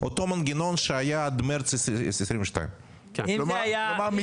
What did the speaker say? את אותו המנגנון שהיה עד למרץ 2022. כלומר,